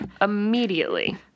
immediately